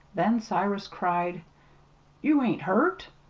then cyrus cried you ain't hurt?